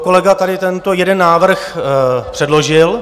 Kolega tady tento jeden návrh předložil.